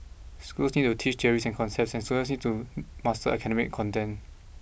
schools still need to teach theories and concepts and students still need to master academic content